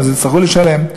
ואז יצטרכו לשלם.